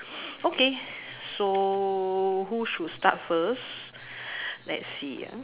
okay so who should start first let's see ah